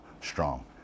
strong